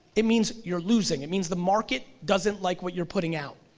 it means you're losing. it means the market doesn't like what you're putting out,